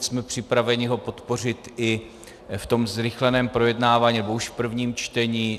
Jsme připraveni ho podpořit i v tom zrychleném projednávání, nebo už v prvním čtení.